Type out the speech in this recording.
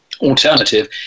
alternative